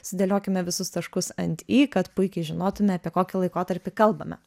sudėliokime visus taškus ant i kad puikiai žinotume apie kokį laikotarpį kalbame